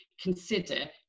consider